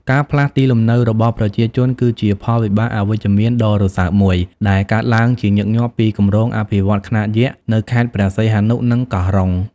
ការផ្លាស់ទីលំនៅរបស់ប្រជាជន គឺជាផលវិបាកអវិជ្ជមានដ៏រសើបមួយ ដែលកើតឡើងជាញឹកញាប់ពីគម្រោងអភិវឌ្ឍន៍ខ្នាតយក្សនៅខេត្តព្រះសីហនុ និងកោះរ៉ុង។